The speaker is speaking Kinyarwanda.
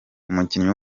umukinnyi